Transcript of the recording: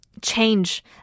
change